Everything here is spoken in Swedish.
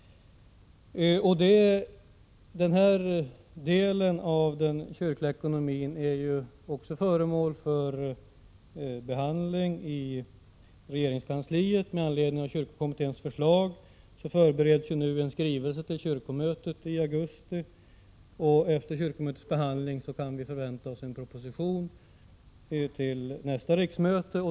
Den här delen av den kyrkliga ekonomin är också föremål för behandlingi = Prot. 1986/87:113 regeringskansliet. Med anledning av kyrkokommitténs förslag förbereds nu — 29 april 1987 en skrivelse till kyrkomötet i augusti, och efter kyrkomötets behandling kan vi förvänta en proposition till nästa riksmöte.